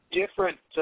different